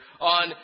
on